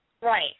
Right